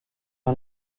una